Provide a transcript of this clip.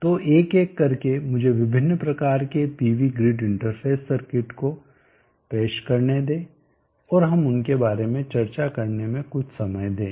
तो एक एक करके मुझे विभिन्न प्रकार के पीवी ग्रिड इंटरफ़ेस सर्किट को पेश करने दें और हम उनके बारे में चर्चा करने में कुछ समय दें